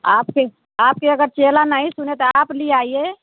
आपके आपके अगर चेला नहीं सुने तो आप लिआइए